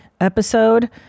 episode